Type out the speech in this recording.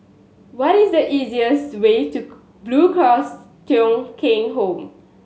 what is the easiest way to Blue Cross Thong Kheng Home